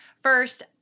First